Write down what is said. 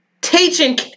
teaching